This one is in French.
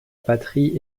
patrie